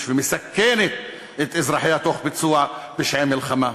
ומסכנת את אזרחיה תוך ביצוע פשעי מלחמה.